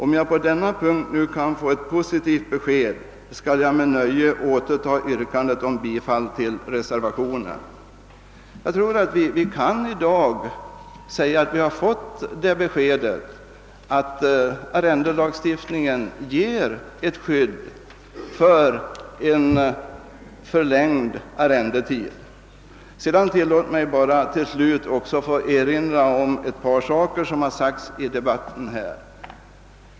Om jag på denna punkt nu kan få ett positivt besked, skall jag med nöje återta det yrkande om bifall till reservationen I, som jag nu avser att ställa.» Vi kan väl i dag säga att vi har fått det beskedet att arrendelagstiftningen ger skydd för en förlängd arrendetid. Låt mig sedan till slut också erinra om ett par yttranden här i debatten.